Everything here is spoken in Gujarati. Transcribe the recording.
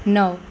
નવ